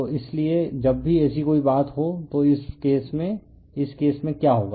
तो इसीलिए जब भी ऐसी कोई बात हो तो इस केस में इस केस में क्या होगा